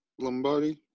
Lombardi